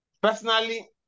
Personally